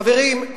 חברים,